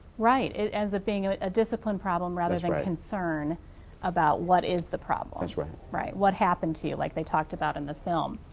right it ends ah being a discipline problem rather than concern about what is the problem. that's right. right, what happened to you like they talked about in the film.